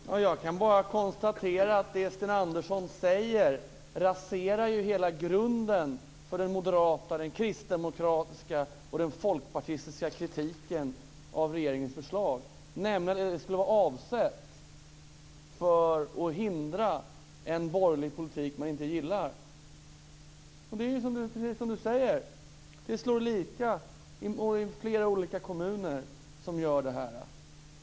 Fru talman! Jag kan bara konstatera att det Sten Andersson säger raserar hela grunden för den moderata, den kristdemokratiska och den folkpartistiska kritiken av regeringens förslag, nämligen att detta skulle vara avsett att hindra en borgerlig politik som man inte gillar. Det är som Sten Andersson säger - det slår lika i alla kommuner som gör detta.